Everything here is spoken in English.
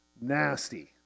Nasty